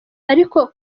ariko